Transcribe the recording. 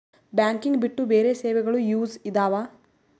Banking ಬಿಟ್ಟು ಬೇರೆ ಸೇವೆಗಳು ಯೂಸ್ ಇದಾವ?